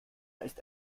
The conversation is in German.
ist